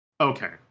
Okay